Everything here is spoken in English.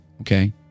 Okay